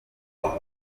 wundi